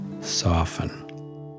soften